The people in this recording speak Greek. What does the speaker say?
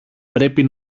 πρέπει